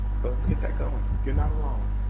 so let's get that going, you're not alone.